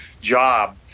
job